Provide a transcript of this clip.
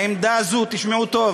עמדה זו, תשמעו טוב,